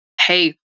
hey